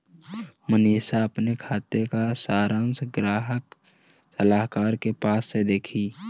मनीषा अपने खाते का सारांश ग्राहक सलाहकार के पास से देखी